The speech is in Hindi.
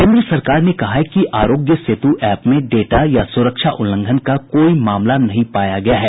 केन्द्र सरकार ने कहा है कि आरोग्य सेतु ऐप में डेटा या सुरक्षा उल्लंघन का कोई मामला नहीं पाया गया है